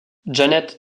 janet